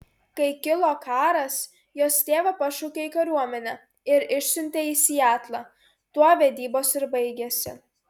kai kilo karas jos tėvą pašaukė į kariuomenę ir išsiuntė į sietlą tuo vedybos ir baigėsi